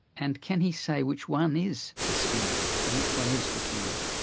and can he say which one is the sphere and which one is the cube.